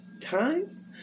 Time